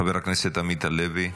חבר הכנסת עמית הלוי,